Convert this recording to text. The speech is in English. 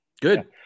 Good